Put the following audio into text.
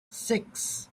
six